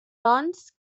doncs